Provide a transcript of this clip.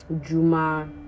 juma